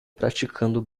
praticando